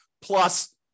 plus